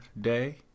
day